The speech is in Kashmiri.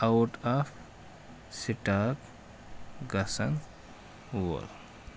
آوُٹ آف سِٹاک گژھن وول